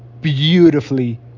Beautifully